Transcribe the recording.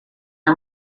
her